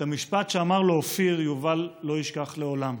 את המשפט שאמר לו אופיר יובל לא ישכח לעולם.